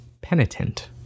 penitent